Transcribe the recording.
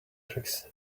tricks